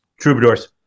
Troubadours